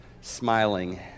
smiling